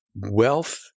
Wealth